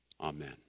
amen